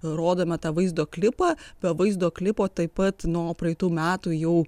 rodome tą vaizdo klipą be vaizdo klipo taip pat nuo praeitų metų jau